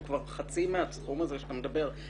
הוא כבר חצי מהסכום הזה שאתה מדבר עליו.